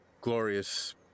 glorious